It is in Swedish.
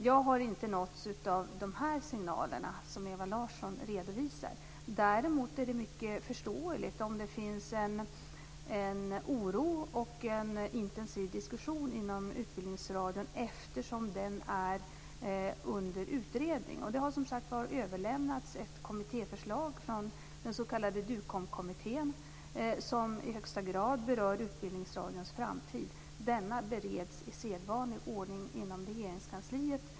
Jag har inte nåtts av de signaler som Ewa Larsson redovisar. Däremot är det mycket förståeligt om det finns en oro och en intensiv diskussion inom Utbildningsradion, eftersom den är under utredning. Det har överlämnats ett kommittéförslag, som i högsta grad berör Utbildningsradions framtid. Denna bereds i sedvanlig ordning inom Regeringskansliet.